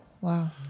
Wow